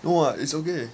no [what] it's okay